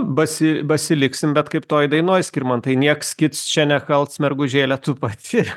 basi basi liksim bet kaip toj dainoj skirmantai nieks kits čia nekalts mergužėle tu pati